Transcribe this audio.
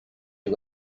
you